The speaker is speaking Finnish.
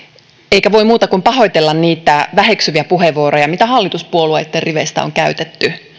eikä voi muuta kuin pahoitella niitä väheksyviä puheenvuoroja mitä hallituspuolueitten riveistä on käytetty